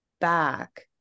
back